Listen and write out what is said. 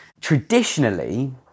Traditionally